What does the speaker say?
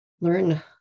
learn